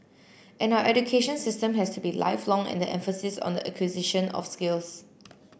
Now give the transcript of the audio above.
and our education system has to be lifelong and the emphasis on the acquisition of skills